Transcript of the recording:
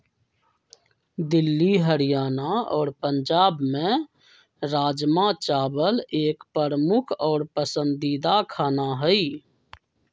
दिल्ली हरियाणा और पंजाब में राजमा चावल एक प्रमुख और पसंदीदा खाना हई